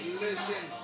listen